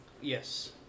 Yes